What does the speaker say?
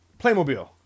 Playmobil